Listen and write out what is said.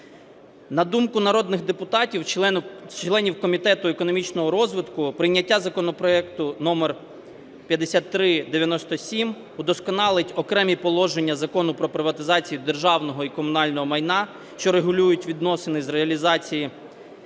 На думку народних депутатів членів Комітету економічного розвитку, прийняття законопроекту номер 5397 удосконалить окремі положення Закону "Про приватизацію державного і комунального майна", що регулюють відносини з реалізації